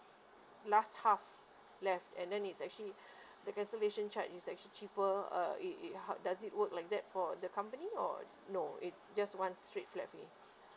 last half left and then it's actually the cancellation charge is actually cheaper uh i~ it how does it work like that for the company or no it's just one straight flat fee